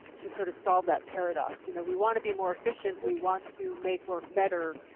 to sort of solve that paradox? you know, we want to be more efficient, we want to make work better.